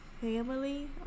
family